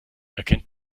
erkennt